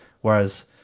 Whereas